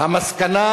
המסקנה